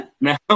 now